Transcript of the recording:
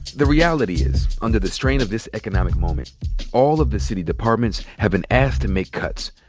the reality is under the strain of this economic moment all of the city departments have been asked to make cuts.